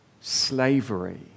slavery